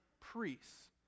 priests